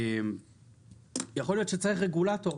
יכול להיות שצריך רגולטור.